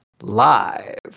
live